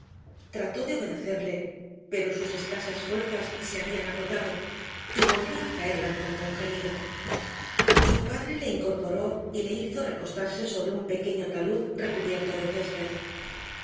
trató de obedecerle pero sus escasas fuerzas se habían agotado y volvió a caer lanzando un gemido su padre le incorporó y le hizo recostarse sobre un pequeño talud recubierto de césped